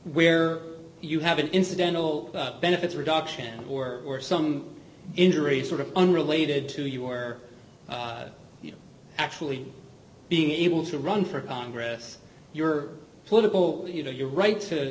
where you have an incidental benefits reduction or some injuries sort of unrelated to you were actually being able to run for congress your political you know your right to